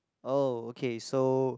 oh okay so